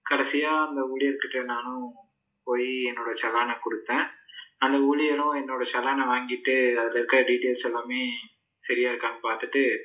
கடைசியாக அந்த ஊழியர்கிட்டே நானும் போய் என்னோட செலானை கொடுத்தேன் அந்த ஊழியரும் என்னோட செலானை வாங்கிகிட்டு அதில் இருக்க டீட்டெயில்ஸ் எல்லாமே சரியாக இருக்கான்னு பார்த்துட்டு